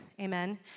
Amen